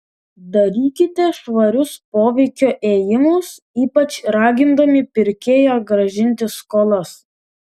darykite švarius poveikio ėjimus ypač ragindami pirkėją grąžinti skolas